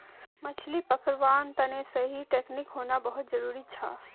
मछली पकड़वार तने सही टेक्नीक होना बहुत जरूरी छ